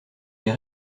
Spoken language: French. les